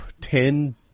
ten